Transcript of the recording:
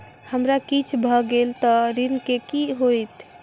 हमरा किछ भऽ गेल तऽ ऋण केँ की होइत?